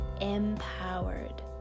empowered